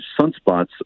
sunspots